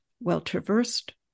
well-traversed